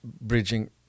bridging